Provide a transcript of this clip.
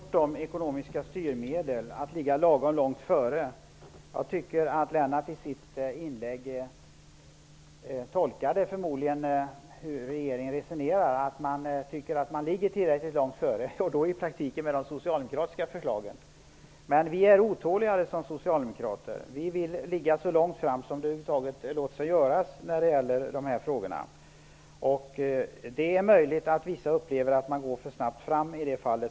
Herr talman! Jag vill helt kort beröra de ekonomiska styrmedlen och meningen med att ligga lagom långt före. Lennart Fremling tolkade i sitt inlägg förmodligen hur regeringen resonerar, dvs. att den anser sig ligga tillräckligt långt före, och då i praktiken med de socialdemokratiska förslagen. Men vi socialdemokrater är otåligare. Vi vill ligga så långt fram som det över huvud taget låter sig göra när det gäller dessa frågor. Det är möjligt att vissa upplever att man går för snabbt fram i detta fall.